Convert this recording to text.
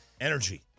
Energy